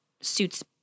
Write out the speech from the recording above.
suits